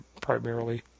primarily